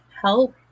help